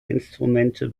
instrumente